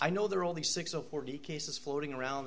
i know there are only six of forty cases floating around